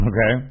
Okay